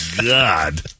God